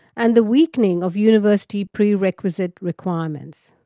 and the weakening of university pre-requisite requirements.